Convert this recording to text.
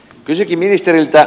kysynkin ministeriltä